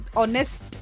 honest